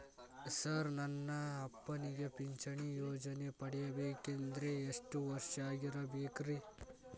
Sir ನನ್ನ ಅಪ್ಪನಿಗೆ ಪಿಂಚಿಣಿ ಯೋಜನೆ ಪಡೆಯಬೇಕಂದ್ರೆ ಎಷ್ಟು ವರ್ಷಾಗಿರಬೇಕ್ರಿ?